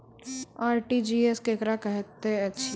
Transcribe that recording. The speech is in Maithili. आर.टी.जी.एस केकरा कहैत अछि?